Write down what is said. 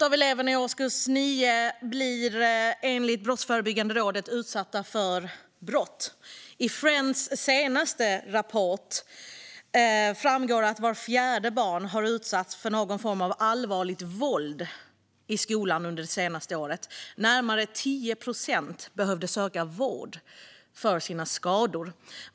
Av eleverna i årskurs 9 blir enligt Brottsförebyggande rådet 50 procent utsatta för brott. Av Friends senaste rapport framgår att vart fjärde barn har utsatts för någon form av allvarligt våld i skolan under det senaste året. Närmare 10 procent behövde söka vård för sina skador.